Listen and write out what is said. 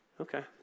Okay